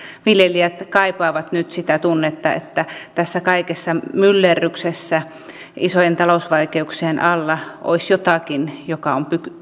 viljelijät kaipaavat nyt sitä tunnetta että tässä kaikessa myllerryksessä isojen talousvaikeuksien alla olisi jotakin joka on